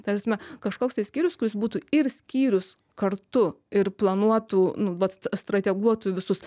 ta prasme kažkoks tai skyrius kuris būtų ir skyrius kartu ir planuotų nu vat stra strateguotų visus